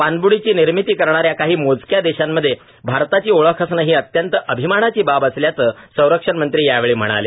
पाणब्डीची निर्मिती करणाऱ्या काही मोजक्या देशांमध्ये भारताची ओळख असणं ही अत्यंत अभिमानाची बाब असल्याचं संरक्षणमंत्री यावेळी म्हणाले